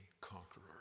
conqueror